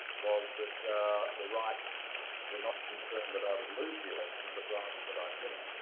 was that the right word not concerned that i would lose the election, but rather that i'd win it.